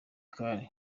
cari